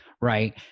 right